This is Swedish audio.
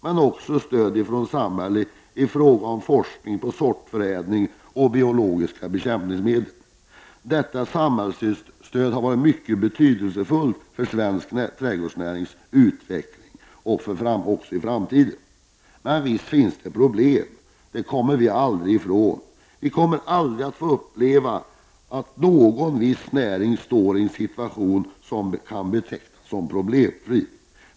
Men det handlar också om samhällets stöd i fråga om forskning avseende sortförädling och biologiska bekämpningsmedel. Detta samhällsstöd har varit mycket betydelsefullt för svensk trädgårdsnärings utveckling och kommer också att vara det i framtiden. Men visst finns det problem. Sådana slipper vi aldrig. Vi kommer aldrig att få uppleva att en viss näring befinner sig i en situation som kan betecknas som problemfri.